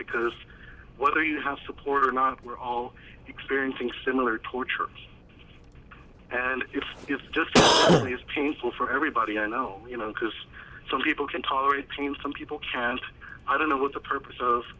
because whether you have support or not we're all experiencing similar torture and it's just as painful for everybody i know because some people can tolerate it seems some people can't i don't know what the purpose of